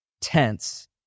tense